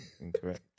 Incorrect